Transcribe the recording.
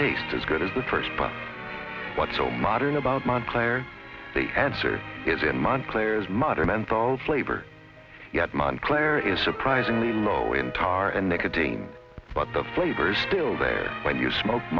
tastes as good as the first but what's so modern about montclair the answer is in montclair is modern menthol flavor yet montclair is surprisingly low in tar and nicotine but the flavors still days when you smoke